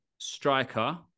striker